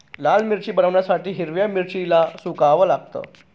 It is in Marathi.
लाल मिरची बनवण्यासाठी हिरव्या मिरचीला सुकवाव लागतं